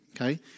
okay